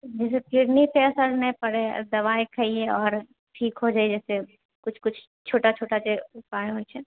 kidney पर असर नहि पड़ै दवाइ खैयै आओर ठीक हो जैयै से कुछ कुछ छोटा छोटा जे उपाय छै